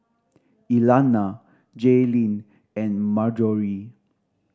Elana Jaylyn and Marjorie